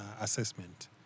assessment